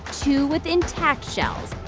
two with intact shells.